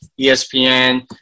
ESPN